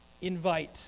invite